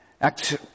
Acts